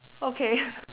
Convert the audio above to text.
okay